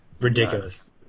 Ridiculous